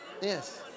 Yes